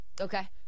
Okay